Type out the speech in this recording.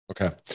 Okay